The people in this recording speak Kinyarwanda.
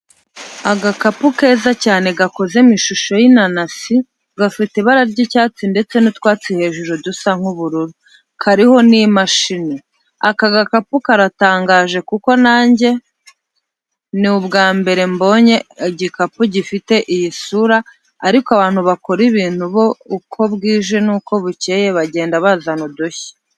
Agakapu keza cyane gakoze mu ishusho y'inanasi gafite ibara ry'icyatsi ndetse n'utwatsi hejuru dusa nk'ubururu, kariho n'imashini. Aka gakapu karatangaje kuko nange ni ubwa mbere mbonye igikapu gifite iyi sura ariko abantu bakora ibintu bo uko bwije n'uko bukeye bagenda bazana udushya.